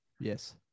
yes